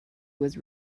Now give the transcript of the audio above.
was